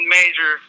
major